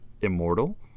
immortal